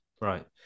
Right